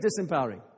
disempowering